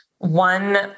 One